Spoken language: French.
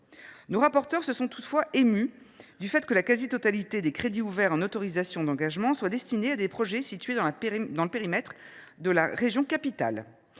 Nos rapporteures pour avis se sont émues du fait que la quasi totalité des crédits ouverts en autorisations d’engagement soit destinée à des projets situés dans le périmètre de la région capitale.